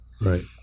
right